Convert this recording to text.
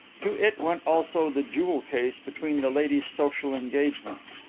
to it went also the jewel-case between the lady's social engagements,